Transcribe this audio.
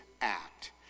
act